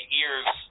ears